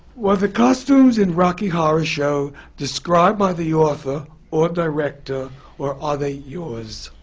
were the costumes in rocky horror show described by the author or director or are they yours?